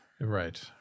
Right